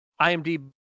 IMDb